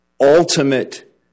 ultimate